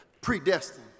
predestined